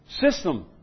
system